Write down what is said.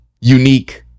unique